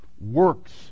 works